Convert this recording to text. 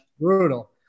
brutal